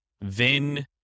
Vin